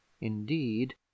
indeed